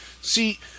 See